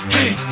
Hey